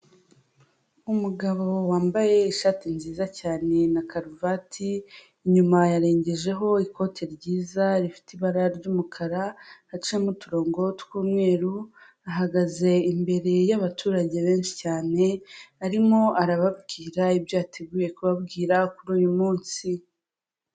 Umugabo wambaye ishati nziza cyane na karuvati, inyuma yarengejeho ikote ryiza rifite ibara ry'umukara, haciyemo uturongo tw'umweru, ahagaze imbere y'abaturage benshi cyane arimo arababwira ibyo yateguye kubabwira kuri uyu munsi.